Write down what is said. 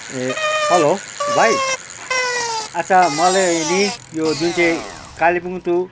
ए hello भाइ अच्छा मलाई नि यो जुन चाहिँ कालेबुङ टु